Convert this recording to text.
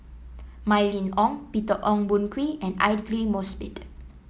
Mylene Ong Peter Ong Boon Kwee and Aidli Mosbit